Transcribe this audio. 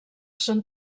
són